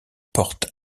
porte